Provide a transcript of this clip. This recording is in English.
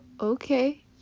okay